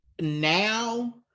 now